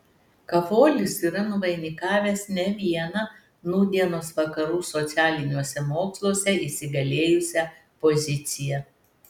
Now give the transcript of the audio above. kavolis yra nuvainikavęs ne vieną nūdienos vakarų socialiniuose moksluose įsigalėjusią poziciją